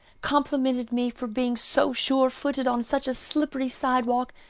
complimented me for being so sure-footed on such a slippery sidewalk,